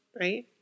right